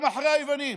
גם אחרי היוונים.